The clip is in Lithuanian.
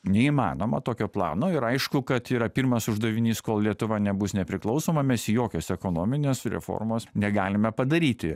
neįmanoma tokio plano ir aišku kad yra pirmas uždavinys kol lietuva nebus nepriklausoma mes jokios ekonominės reformos negalime padaryti